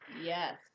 Yes